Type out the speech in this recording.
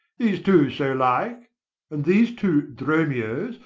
these two so like, and these two dromios,